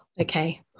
Okay